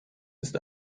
ist